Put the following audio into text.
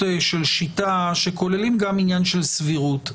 של שיטה שכוללים גם עניין של סבירות.